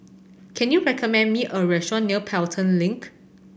can you recommend me a restaurant near Pelton Link